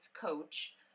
coach